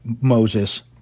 Moses